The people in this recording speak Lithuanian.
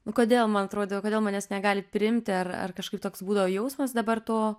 nu kodėl man atrodė o kodėl manęs negalit priimti ar ar kažkaip toks būdavo jausmas dabar to